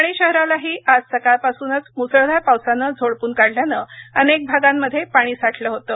ठाणे शहरालाही आज सकाळपासूनच मुसळधार पावसानं झोडपून काढल्यान अनेक भागांमध्ये पाणी साठलं होतं